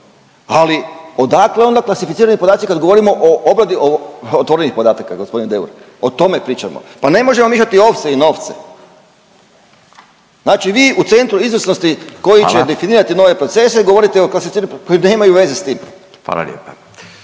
Ali odakle onda klasificirani podaci kad govorimo obradi otvorenih podataka gospodine Deur, o tome pričamo. Pa ne možemo miješati ovce i novce! Znači vi u Centru izvrsnosti koji će definirati nove … …/Upadica Radin: Hvala./… … procese govorite o klasificiranim koji nemaju veze sa tim. **Radin,